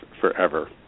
forever